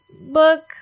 book